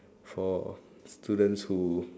for students who